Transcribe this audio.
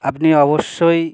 আপনি অবশ্যই